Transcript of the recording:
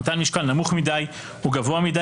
מתן משקל נמוך מדיי או גבוה מדיי,